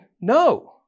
no